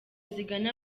zigana